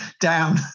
down